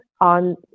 on